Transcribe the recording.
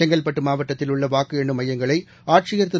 செங்கல்பட்டுமாவட்டத்தில் உள்ளவாக்குஎண்ணும் மையங்களைஆட்சியர் திரு